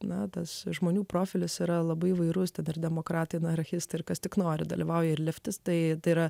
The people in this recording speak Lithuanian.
metas žmonių profilis yra labai įvairus tada demokratai anarchistai ir kas tik nori dalyvauja ir liftas tai yra